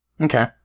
Okay